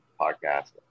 podcast